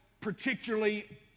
particularly